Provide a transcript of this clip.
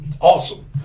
awesome